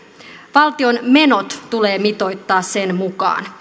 valtion menot tulee mitoittaa sen mukaan